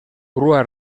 crua